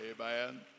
Amen